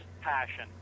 passion